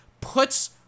puts